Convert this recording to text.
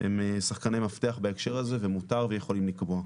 הם שחקני מפתח בהקשר הזה ומותר ויכולים לקבוע.